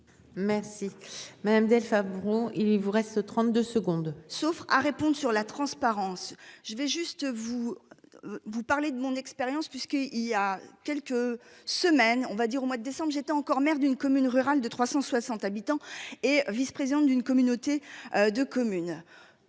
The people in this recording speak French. Merci madame Delph, à Bron. Il vous reste 32 secondes. Sauf à répondre sur la transparence. Je vais juste vous. Vous parlez de mon expérience puisqu'il y a quelques semaines on va dire au mois de décembre, j'étais encore maire d'une commune rurale de 360 habitants et vice-, présidente d'une communauté de commune.